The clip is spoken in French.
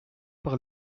par